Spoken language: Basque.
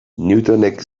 newtonek